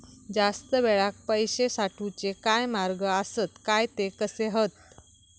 जास्त वेळाक पैशे साठवूचे काय मार्ग आसत काय ते कसे हत?